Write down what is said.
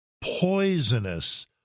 poisonous